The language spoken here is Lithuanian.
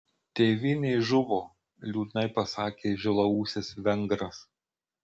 tėvynė žuvo liūdnai pasakė žilaūsis vengras